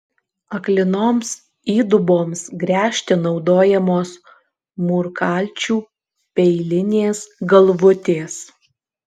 aklinoms įduboms gręžti naudojamos mūrkalčių peilinės galvutės